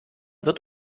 wird